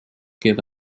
give